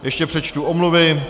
Ještě přečtu omluvy.